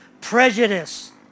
prejudice